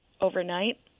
overnight